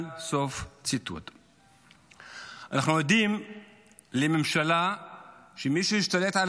אנחנו עדים לממשלה שבה מי שהשתלטו על